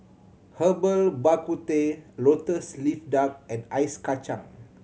Herbal Bak Ku Teh Lotus Leaf Duck and ice kacang